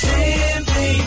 Simply